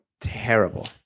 Terrible